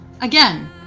Again